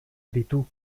ditu